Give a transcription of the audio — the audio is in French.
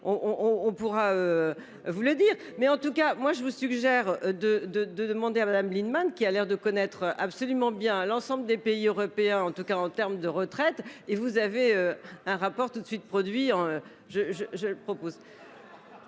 on pourra. Vous le dire mais en tout cas moi je vous suggère de de de demander à Madame Lienemann qui a l'air de connaître absolument bien l'ensemble des pays européens en tout cas en terme de retraite et vous avez un rapport toute de suite produire. Je je je le propose.